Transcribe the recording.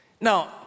Now